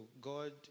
God